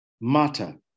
matter